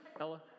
Ella